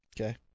Okay